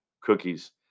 cookies